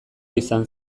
izan